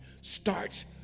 starts